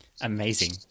Amazing